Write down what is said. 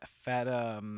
Fat